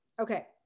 Okay